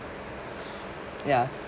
ya